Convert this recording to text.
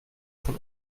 von